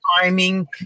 timing